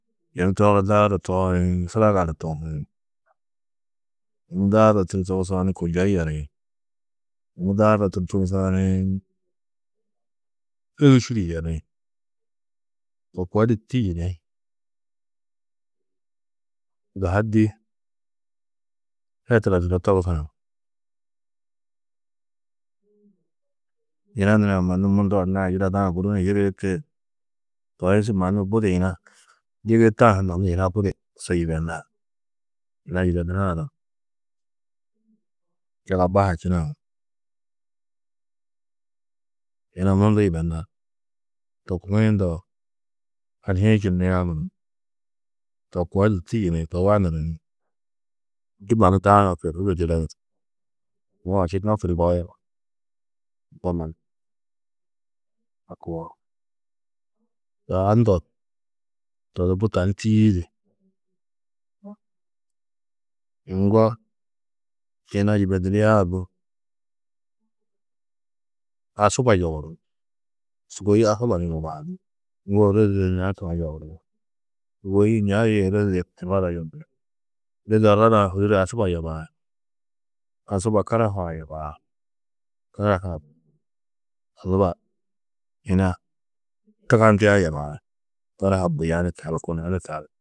Yunu tooni daardo tohi sudaga ni tohi, yunu daardo tûrtu tugusoo ni kunjo yeri, yunu daardo tugusoo ni yeri. To koo di tîyi ni daha dî hetura turo togusã, yina nurã mannu mundu anna-ã yidadã guru ni yigiiti. To hi su mannu budi yina yigiitã ha mannu yina budi su yibenar. Yina yibenurã du yagaba ha činau ni yina mundu yibenar. To kugiĩ ndo aši-ĩ čindĩ a muro, to koo do tîyi ni burwanuru ni ndû mannu daarã aũ ašinno čundoo mbo mannu a koo. Taa ndo to di bu tani tîyiidi, ŋgo yina yibedinia du asuba yoburú. Sûgoi asuba yobaa. Ŋgo ôroze ña kua yoburi, sûgoi ña yê ôreze. Ôroze orrda-ã hûduru asuba yobaar. Asuba karahaa yobaar, karahaa, asuba yina tugandia yobar. Karaha buya ni tar kuna ni tar.